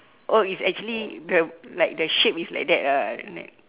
oh it's actually the like the shape is like that ah then like